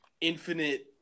infinite